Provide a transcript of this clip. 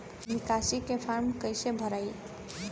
निकासी के फार्म कईसे भराई?